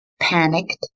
panicked